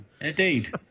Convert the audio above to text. Indeed